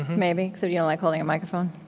maybe. so do you like holding a microphone?